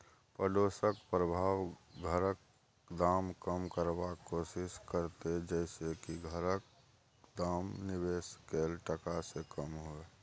पडोसक प्रभाव घरक दाम कम करबाक कोशिश करते जइसे की घरक दाम निवेश कैल टका से कम हुए